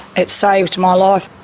it saved my life.